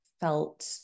felt